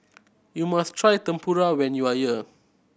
you must try Tempura when you are here